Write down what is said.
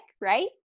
right